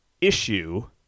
issue